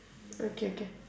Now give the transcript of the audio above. okay okay